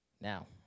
now